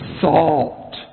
salt